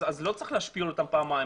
אז לא צריך להשפיל אותם פעמיים,